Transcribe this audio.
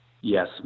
Yes